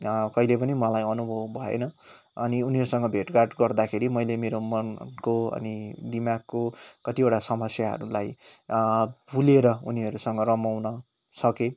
कहिले पनि मलाई अनुभव भएन अनि उनीहरूसँग भेटघाट गर्दाखेरि मैले मेरो मनको अनि दिमागको कतिवटा समस्याहरूलाई भुलेर उनीहरूसँग रमाउन सकेँ